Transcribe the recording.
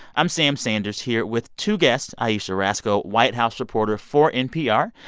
i'm sam sanders here with two guests, ayesha rascoe, white house reporter for npr,